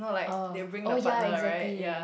oh oh ya exactly